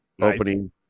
opening